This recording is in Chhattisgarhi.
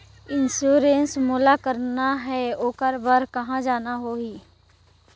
इंश्योरेंस मोला कराना हे ओकर बार कहा जाना होही?